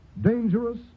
dangerous